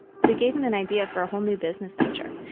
but it gave him an idea for a whole new business venture.